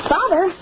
Father